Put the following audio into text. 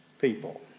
people